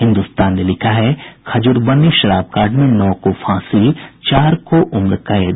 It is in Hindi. हिन्दुस्तान ने लिखा है खजुरबन्नी शराब कांड में नौ को फांसी चार को उम्र कैद